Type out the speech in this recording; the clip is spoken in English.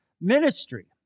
ministry